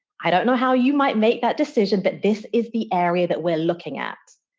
i don't know how you might make that decision, but this is the area that we're looking at.